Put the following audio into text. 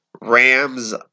Rams